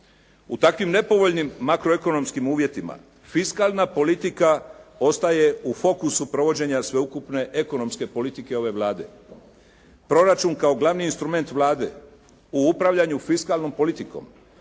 U takvim nepovoljnim makroekonomskim uvjetima fiskalna politika ostaje u fokusu provođenja sveukupne ekonomske politike ove Vlade. Proračun kao glavni instrument Vlade u upravljanju fiskalnom politikom